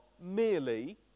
merely